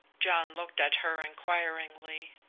john looked at her inquiringly.